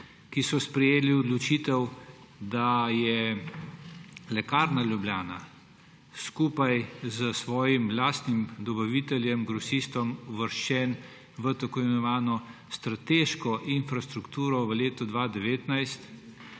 ki so sprejele odločitev, da je Lekarna Ljubljana skupaj s svojim lastnim dobaviteljem grosistom uvrščena v tako imenovano strateško infrastrukturo v letu 2019.